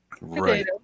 right